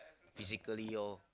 physically lor